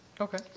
okay